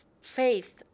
faith